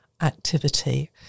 activity